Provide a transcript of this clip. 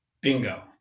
bingo